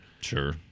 Sure